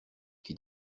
qui